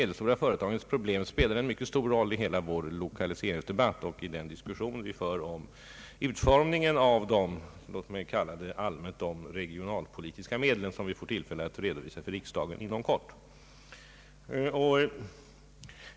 Dessa företags problem spelar en mycket stor roll i hela vår lokaliseringsdebatt och i den diskussion vi för om utformningen av vad jag vill kalla de regionalpolitiska medlen, som kommer att redovisas för riksdagen inom kort.